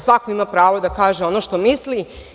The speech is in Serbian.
Svako ima pravo da kaže ono što misli.